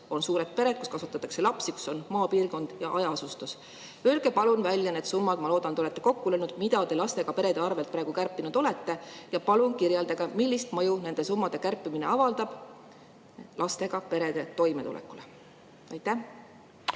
suuri peresid, kus kasvatatakse lapsi, ning [inimesi] maapiirkonnas ja hajaasustuses. Öelge palun välja need summad – ma loodan, et te olete kokku löönud –, mida te lastega perede arvel praegu kärpinud olete, ja palun kirjeldage, millist mõju nende summade kärpimine avaldab lastega perede toimetulekule. Suur